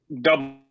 double